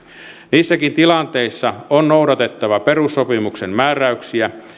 niissäkin tilanteissa on noudatettava perussopimusten määräyksiä